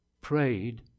prayed